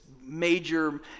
major